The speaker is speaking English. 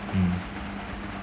mm